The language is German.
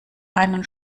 einen